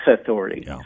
authority